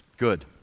good